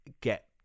get